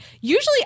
usually